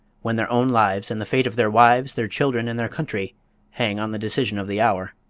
when their own lives, and the fate of their wives, their children, and their country hang on the decision of the hour.